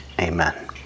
Amen